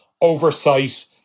oversight